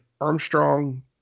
Armstrong